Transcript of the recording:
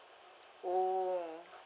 oh